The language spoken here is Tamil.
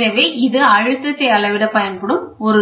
எனவே இது அழுத்தத்தை அளவிட பயன்படும் ஒரு